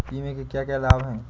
बीमा के क्या क्या लाभ हैं?